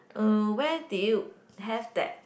uh where did you have that